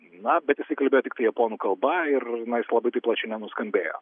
na bet jisai kalbėjo tiktai japonų kalba ir na jis labai taip plačiai nenuskambėjo